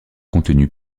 contenu